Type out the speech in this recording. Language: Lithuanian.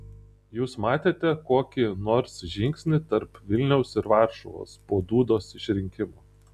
jūs matėte kokį nors žingsnį tarp vilniaus ir varšuvos po dudos išrinkimo